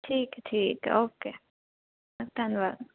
ਠੀਕ ਠੀਕ ਹੈ ਓਕੇ ਧੰਨਵਾਦ